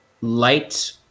light